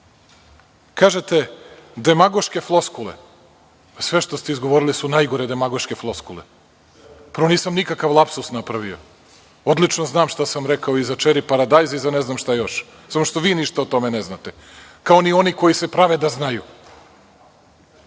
– demagoške floskule. Pa, sve što ste izgovorili su najgore demagoške floskule. Prvo, nisam nikakav lapsus napravio. Odlično znam šta sam rekao i za čeri paradajz i za ne znam šta još. Samo što vi ništa o tome ne znate, kao ni oni koji se prave da znaju.